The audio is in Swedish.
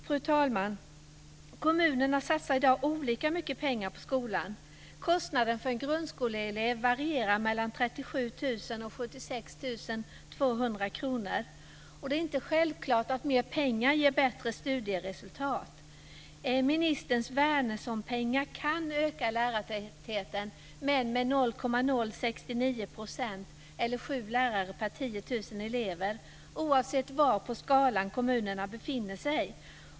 Fru talman! Kommunerna satsar i dag olika mycket pengar på skolan. Kostnaden för en grundskoleelev varierar mellan 37 000 och 76 200 kr. Det är inte självklart att mer pengar ger bättre studieresultat. Ministerns Wärnerssonpengar kan öka lärartätheten, men med 0,069 % eller 7 lärare per 10 000 elever oavsett var på skalan kommunerna befinner sig.